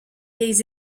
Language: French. vieilles